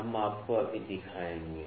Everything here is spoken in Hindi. हम आपको अभी दिखाएंगे